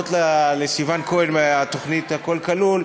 היוזם חבר הכנסת מיקי רוזנטל מבקש